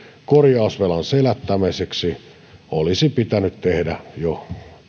korjausvelan selättämiseksi olisi pitänyt tehdä jo